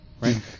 right